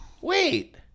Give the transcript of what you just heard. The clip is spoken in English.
Wait